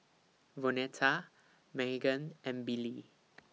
Vonetta Meghan and Billie